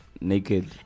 naked